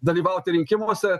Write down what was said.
dalyvauti rinkimuose